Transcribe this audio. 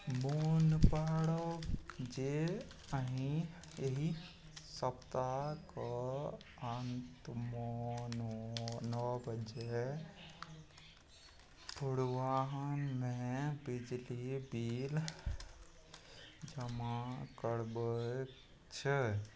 मोन पाड़ब जे अही एहि सप्ताहके अन्तमे नओ बजे पूर्वाह्नमे बिजली बिल जमा करबाके छै